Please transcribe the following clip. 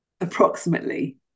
approximately